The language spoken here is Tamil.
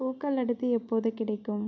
பூக்கள் அடுத்து எப்போது கிடைக்கும்